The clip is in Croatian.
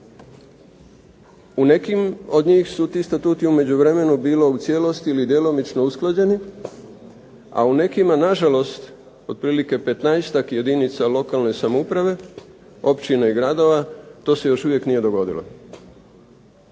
U nekim od njih su ti statuti u međuvremenu bilo u cijelosti ili djelomično usklađeni, a u nekima nažalost otprilike 15-ak jedinica lokalne samouprave, općine i gradova, to se još uvijek nije dogodilo.